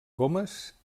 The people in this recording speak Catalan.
gomes